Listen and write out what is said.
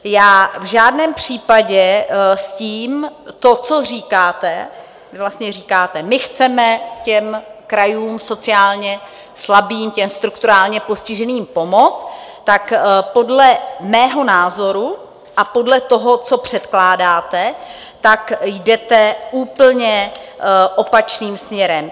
V žádném případě s tímto, co říkáte vy vlastně říkáte: my chceme krajům sociálně slabým, strukturálně postiženým pomoct tak podle mého názoru a podle toho, co předkládáte, jdete úplně opačným směrem.